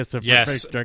yes